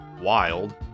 wild